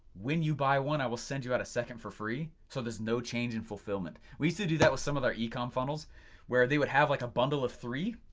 when you buy one i will send you out a second for free so there's no change in fulfillment. we used to do that with some of our e-com funnels where they would have like a bundle of three.